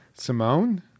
Simone